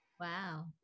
Wow